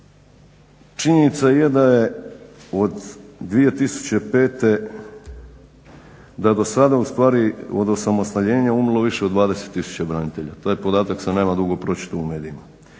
Činjenica je da je od 2005. da dosada ustvari od osamostaljenja umrlo više od 20 tisuća branitelja. Taj podatak sam nema dugo pročitao u medijima.